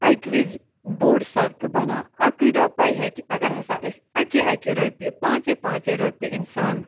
اَکہِ وِز بوٚڑ صدقہٕ بنان اَکٕے رۄپے ہیٚکہِ اگر ہَسا أسۍ اَکہِ اَکہِ رۄپیہِ پانژھے پانژھے رۄپیہِ اِنسان